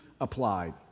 applied